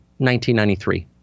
1993